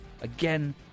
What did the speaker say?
Again